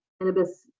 cannabis